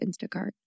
Instacart